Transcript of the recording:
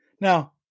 Now